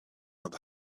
not